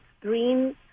green